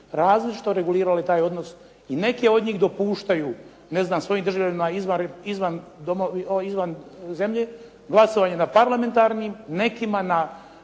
različito regulirale taj odnos i neke od njih dopuštaju ne znam svojim državljanima izvan zemlje glasovanje na parlamentarnim, nekima na